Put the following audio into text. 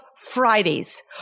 Fridays